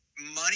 money